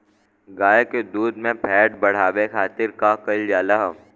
गाय के दूध में फैट बढ़ावे खातिर का कइल जाला?